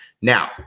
Now